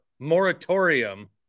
moratorium